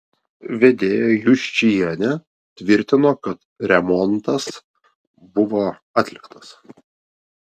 vedėja juščienė tvirtino kad remontas buvo atliktas